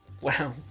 Wow